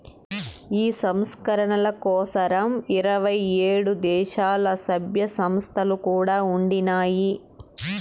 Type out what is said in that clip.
ఈ సంస్కరణల కోసరం ఇరవై ఏడు దేశాల్ల, సభ్య సంస్థలు కూడా ఉండినాయి